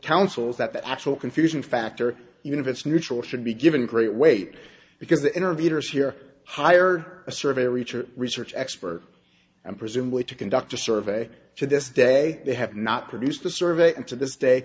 counsels that the actual confusion factor even if it's neutral should be given great weight because the interviewers here hired a surveyor reacher research expert and presumably to conduct a survey to this day they have not produced the survey and to this day